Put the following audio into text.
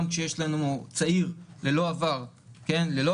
גם כשיש לנו צעיר ללא עבר פלילי,